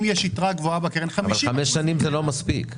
אם יש יתרה גבוהה בקרן -- חמש שנים זה לא מספיק.